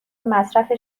مصرف